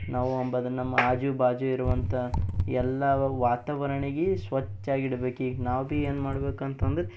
ನಾವು ಅಂಬದ ನಮ್ಮ ಆಜು ಬಾಜು ಇರುವಂಥ ಎಲ್ಲಾ ವಾತಾವರಣಗಿ ಸ್ವಚ್ಛಾಗಿ ಇಡ್ಬೇಕೀಗ ನಾವು ಬಿ ಏನ್ಮಾಡ್ಬೇಕಂತಂದರೆ